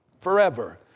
forever